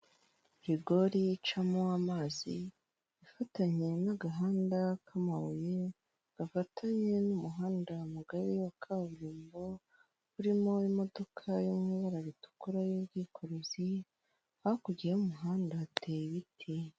Rigori icamo amazi ifatanye n'agahanda k'amabuye gafatanye n'umuhanda mugari wa kaburimbo urimo imodoka yo mu ibara ritukura y'ubwikorezi, hakurya y'umuhanda hateye ibiti.